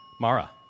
Mara